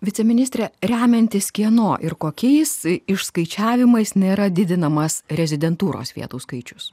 viceministre remiantis kieno ir kokiais išskaičiavimais nėra didinamas rezidentūros vietų skaičius